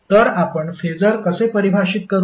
तर आपण फेसर कसे परिभाषित करू